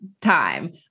time